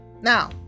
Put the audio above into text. Now